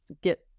get